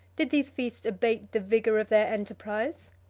did these feasts abate the vigor of their enterprise?